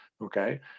okay